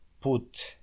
put